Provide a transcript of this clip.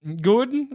good